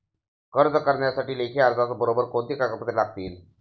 कर्ज करण्यासाठी लेखी अर्जाबरोबर कोणती कागदपत्रे लागतील?